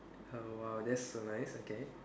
uh !wow! that's so nice okay